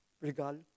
regal